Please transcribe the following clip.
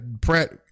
Pratt